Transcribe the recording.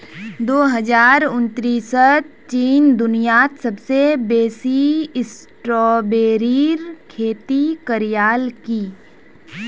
दो हजार उन्नीसत चीन दुनियात सबसे बेसी स्ट्रॉबेरीर खेती करयालकी